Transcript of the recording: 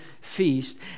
feast